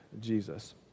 Jesus